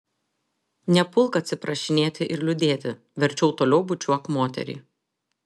nepulk atsiprašinėti ir liūdėti verčiau toliau bučiuok moterį